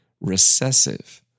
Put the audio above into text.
recessive